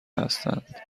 هستند